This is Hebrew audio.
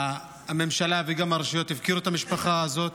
הממשלה וגם הרשויות הפקירו את המשפחה הזאת,